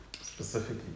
Specifically